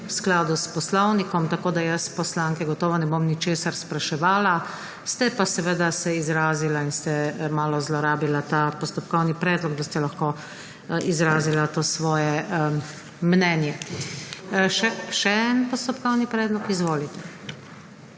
v skladu s poslovnikom, tako da jaz poslanke gotovo ne bom ničesar spraševala. Ste se pa izrazili in ste malo zlorabili ta postopkovni predlog, da ste lahko izrazili to svoje mnenje. Še en postopkovni predlog. Izvolite.